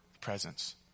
presence